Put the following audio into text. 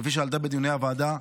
כפי שעלתה בדיוני הוועדה,